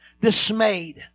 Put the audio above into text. dismayed